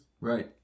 Right